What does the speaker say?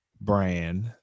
brand